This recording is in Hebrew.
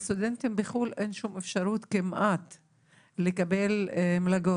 לסטודנטים בחוץ לארץ אין כמעט שום אפשרות לקבל מלגות.